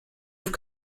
have